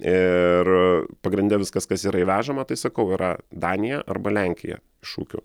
ir pagrinde viskas kas yra įvežama tai sakau yra danija arba lenkija iš ūkių